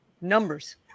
numbers